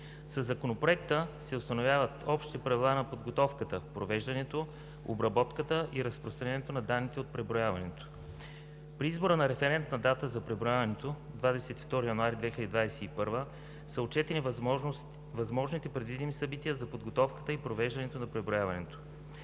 Със Законопроекта се установяват общите правила на подготовката, провеждането, обработката и разпространението на данните от преброяването. При избора на референтна дата за преброяването (22 януари 2021 г.) са отчетени възможните предвидими събития за подготовката и провеждането на преброяването.